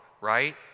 right